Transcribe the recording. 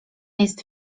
jest